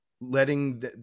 letting